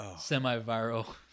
semi-viral